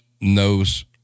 knows